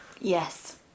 Yes